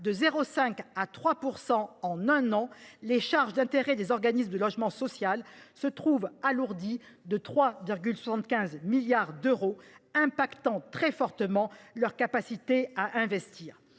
de 0,5 % à 3 % en un an, les charges d'intérêts des organismes de logement social se trouvent alourdies de 3,75 milliards d'euros, ce qui affecte très fortement leur capacité à investir.